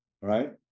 right